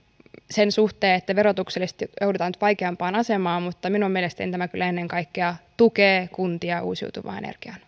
sen suhteen että verotuksellisesti joudutaan nyt vaikeampaan asemaan mutta minun mielestäni tämä kyllä ennen kaikkea tukee kuntia uusiutuvan energian